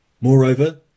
Moreover